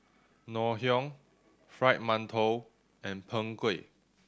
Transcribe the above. Ngoh Hiang Fried Mantou and Png Kueh